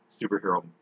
superhero